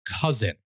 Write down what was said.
cousin